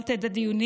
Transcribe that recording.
הובלת את הדיונים,